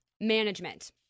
management